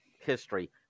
history